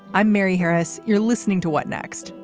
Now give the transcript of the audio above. i'm mary harris. you're listening to what next.